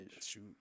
Shoot